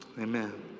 amen